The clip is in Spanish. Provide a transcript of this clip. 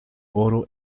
oro